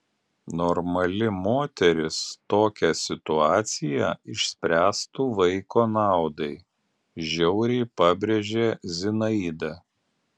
normali moteris tokią situaciją išspręstų vaiko naudai žiauriai pabrėžė zinaida